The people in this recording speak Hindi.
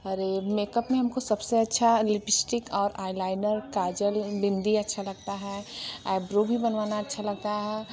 अरे मेकउप में हम को सब से अच्छा लिबश्टिक और आईलाइनर काजल बिंदी अच्छा लगता है आईभ्रो भी बनवाना अच्छा लगता है